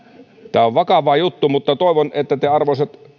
tämä on vakava juttu mutta toivon että te arvoisat